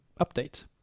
update